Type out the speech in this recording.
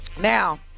Now